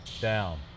Down